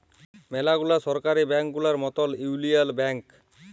ম্যালা গুলা সরকারি ব্যাংক গুলার মতল ইউলিয়াল ব্যাংক